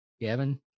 gavin